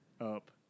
Up